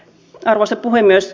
arvoisa puhemies